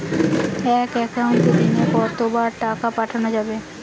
এক একাউন্টে দিনে কতবার টাকা পাঠানো যাবে?